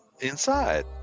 inside